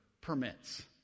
permits